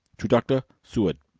to dr. seward.